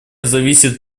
зависит